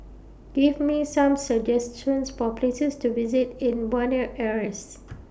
Give Me Some suggestions For Places to visit in Buenos Aires